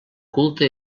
culte